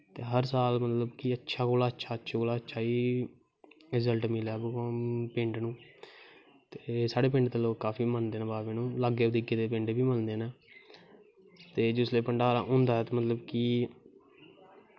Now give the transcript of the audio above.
ते हर साल मतलव की अच्छे कोला दा अच्छा रिज़ल्ट मिलदा ऐ पिंड नू साढ़े पिंड दे ते काफी लोग मनदे न बाबे नू लाग्गे धागे दे लोग बी मनदे न ते जिसले भण्डारा होंदा ते मतलव कि